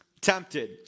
tempted